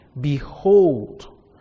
behold